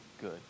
good